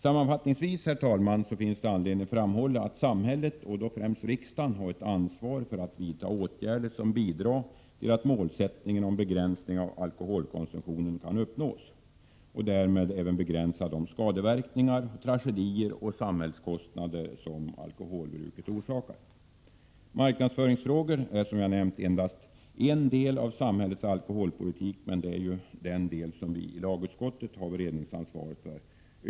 Sammanfattningsvis finns det, herr talman, anledning att framhålla att samhället, och då främst riksdagen, har ett ansvar för att vidta åtgärder som bidrar till att målet att begränsa alkoholkonsumtionen kan uppnås, så att vi därmed även begränsar de skadeverkningar, tragedier och samhällskostnader som alkoholbruket orsakar. Marknadsföringsfrågor är, som jag nämnt, endast en del av samhällets alkoholpolitik, men det är ju den delen som lagutskottet har beredningsansvaret för.